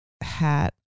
hat